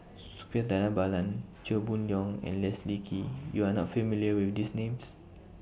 Suppiah Dhanabalan Chia Boon Leong and Leslie Kee YOU Are not familiar with These Names